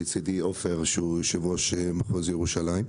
לצידי עופר שהוא יושב-ראש מחוז ירושלים.